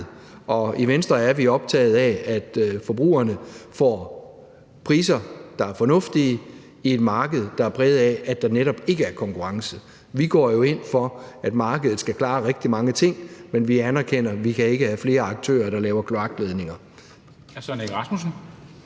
I Venstre er vi optaget af, at forbrugerne får priser, der er fornuftige på et marked, der er præget af, at der netop ikke er konkurrence. Vi går jo ind for, at markedet skal klare rigtig mange ting, men vi anerkender, at vi ikke kan have flere aktører, der laver kloakledninger.